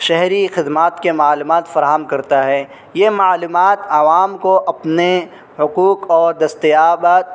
شہری خدمات کے معلومات فراہم کرتا ہے یہ معلومات عوام کو اپنے حقوق اور دستیاب